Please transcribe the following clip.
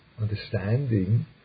understanding